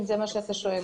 אם זה מה שאתה שואל,